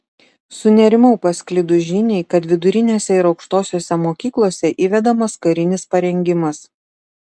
sunerimau pasklidus žiniai kad vidurinėse ir aukštosiose mokyklose įvedamas karinis parengimas